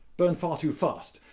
burn far too fast.